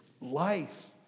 life